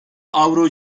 avro